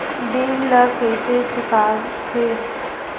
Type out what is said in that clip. bill ला कइसे चुका थे